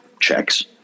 checks